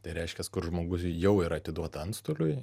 tai reiškiasi kur žmogus jau yra atiduota antstoliui